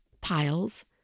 piles